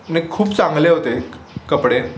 नाही खूप चांगले होते कपडे